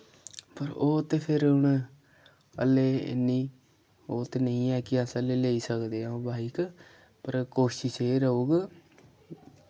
पर ओह् ते फिर हून अल्ले इ'न्नी ओह् ते नेईं ऐ कि अस अल्ले लेई सकदे आं बाइक पर कोशिश एह् रौह्ग